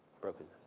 brokenness